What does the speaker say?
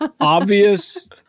obvious